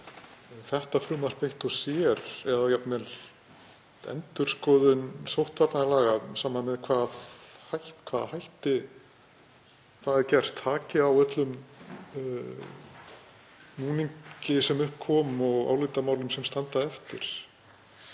þetta frumvarp eitt og sér, eða jafnvel endurskoðun sóttvarnalaga, sama með hvað hætti það yrði gert, taki á öllum núningi sem upp kom og álitamálum sem standa eftir.